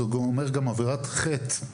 זה גם אומר עבירת חטא.